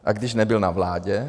A když nebyl na vládě?